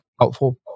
helpful